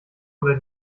oder